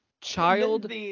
Child